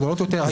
גדולות יותר.